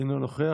אינו נוכח.